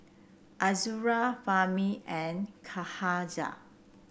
Azura Fahmi and Cahaya